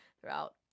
throughout